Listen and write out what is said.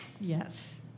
Yes